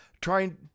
Trying